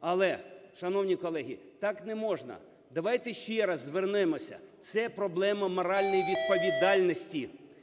Але, шановні колеги, так не можна. Давайте ще раз звернемося. Це проблема моральної відповідальності